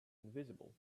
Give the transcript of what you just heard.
invisible